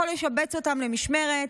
יכול לשבץ אותם למשמרת,